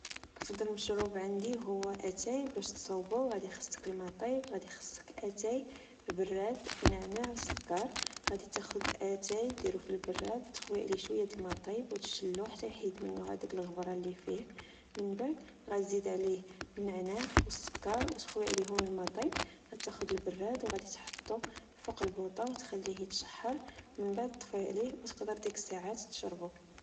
أفضل مشروب عندي هو أتاي، باس تصاوبو غدي خاصك الما طايب ، غدي خصك أتاي، براد، نعناع و سكر، غدي تاخد أتاي ديرو في البراد تخوي عليه شويا لما طايب و تشلو حتى يحيد منو هداك الغبرة لفيه ، من بعد غتزيد عليه نعناع و السكر، وتخوي عليهم الما طايب، غتاخد البراد وغدي تحطو فوق البوطة وتخلية يتشحر من بعد طفي عليه، وتقدر ديك الياعات تشربو